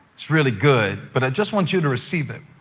it's really good, but i just want you to receive it.